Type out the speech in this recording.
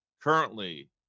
currently